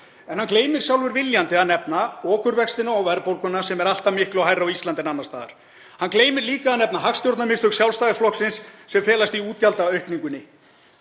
en hann gleymir sjálfur viljandi að nefna okurvextina og verðbólguna sem er alltaf miklu hærri á Íslandi en annars staðar. Hann gleymir líka að nefna hagstjórnarmistök Sjálfstæðisflokksins sem felast í útgjaldaaukningunni.